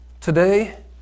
today